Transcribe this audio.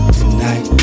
tonight